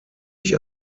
ich